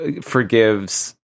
forgives